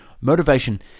motivation